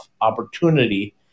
opportunity